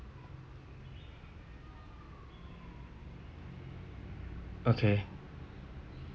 okay